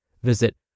Visit